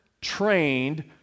trained